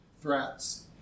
threats